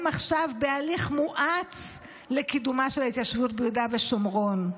עכשיו בהליך מואץ לקידומה של ההתיישבות ביהודה ושומרון.